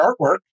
artwork